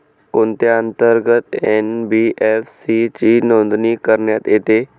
कोणत्या अंतर्गत एन.बी.एफ.सी ची नोंदणी करण्यात येते?